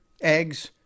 eggs